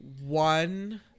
one